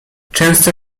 często